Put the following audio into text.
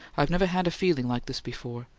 i've never had a feeling like this before.